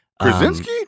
Krasinski